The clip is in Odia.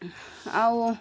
ଆଉ